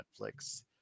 Netflix